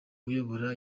uyobora